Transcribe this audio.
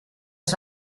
les